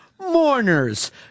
Mourners